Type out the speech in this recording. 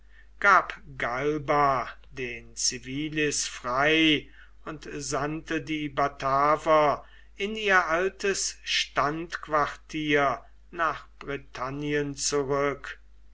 gab galba den civilis frei und sandte die bataver in ihr altes standquartier nach britannien zurück